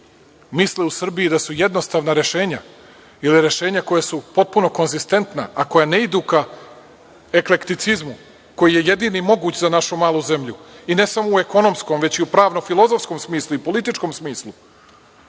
misle u Srbiji da su jednostavna rešenja ili rešenja koja su potpuno konzistentna, a koja ne idu ka eklekticizmu, koji je jedini moguć za našu malu zemlju i ne samo u ekonomskom, već i u pravno-filozofskom smislu, političkom smislu,